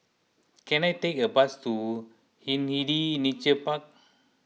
can I take a bus to Hindhede Nature Park